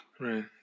Right